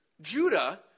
Judah